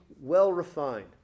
well-refined